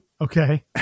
Okay